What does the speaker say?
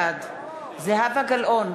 בעד זהבה גלאון,